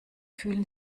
fühlen